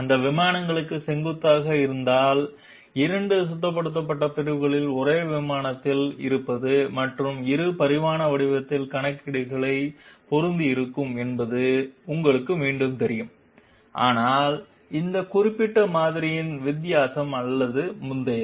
அந்த விமானங்களுக்கு செங்குத்தாக இருந்திருந்தால் 2 சுத்தப்படுத்தப்பட்ட பிரிவுகள் ஒரே விமானத்தில் இருப்பது மற்றும் இரு பரிமாண வடிவியல் கணக்கீடுகள் பொருந்தியிருக்கும் என்பது உங்களுக்கு மீண்டும் தெரியும் ஆனால் இது இந்த குறிப்பிட்ட மாதிரியின் வித்தியாசம் அல்ல முந்தையது